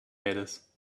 mädels